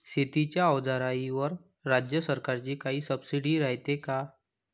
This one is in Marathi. शेतीच्या अवजाराईवर राज्य शासनाची काई सबसीडी रायते का?